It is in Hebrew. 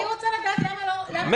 גם אני רוצה לדעת למה לא --- התקנות האלה.